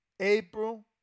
April